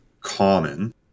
common